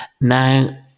Now